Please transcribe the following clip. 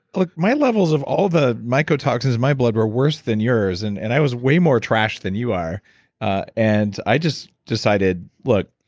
look, my levels of all the mycotoxins in my blood were worse than yours, and and i was way more trashed than you are ah and i just decided, look,